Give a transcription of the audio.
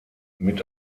mit